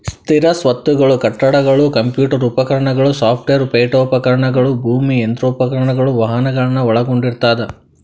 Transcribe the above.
ಸ್ಥಿರ ಸ್ವತ್ತುಗಳು ಕಟ್ಟಡಗಳು ಕಂಪ್ಯೂಟರ್ ಉಪಕರಣಗಳು ಸಾಫ್ಟ್ವೇರ್ ಪೇಠೋಪಕರಣಗಳು ಭೂಮಿ ಯಂತ್ರೋಪಕರಣಗಳು ವಾಹನಗಳನ್ನ ಒಳಗೊಂಡಿರ್ತದ